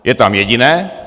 Je tam jediné.